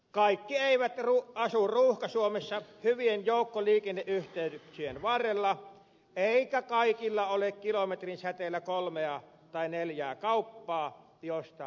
kaikki eivät asu ruuhka suomessa hyvien joukkoliikenneyhteyksien varrella eikä kaikilla ole kilometrin säteellä kolmea tai neljää kauppaa joista valita paras